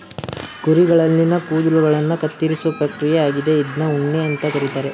ಕುರಿಗಳಲ್ಲಿನ ಕೂದಲುಗಳನ್ನ ಕತ್ತರಿಸೋ ಪ್ರಕ್ರಿಯೆ ಆಗಿದೆ ಇದ್ನ ಉಣ್ಣೆ ಅಂತ ಕರೀತಾರೆ